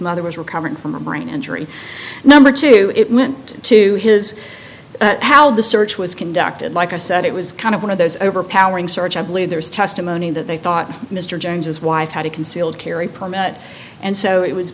mother was recovering from a brain injury number two it meant to his how the search was conducted like i said it was kind of one of those overpowering search i believe there's testimony that they thought mr jones as wife had a concealed carry permit and so it was